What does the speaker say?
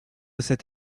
cette